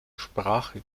sprache